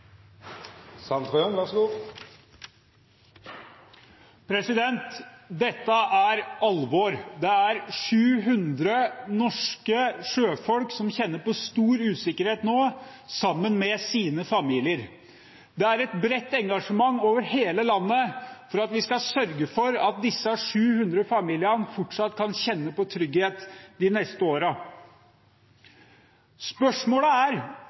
kjenner på stor usikkerhet nå. Det er et bredt engasjement over hele landet for at vi skal sørge for at disse 700 familiene fortsatt kan kjenne på trygghet de neste årene. Spørsmålet er